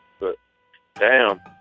but damn,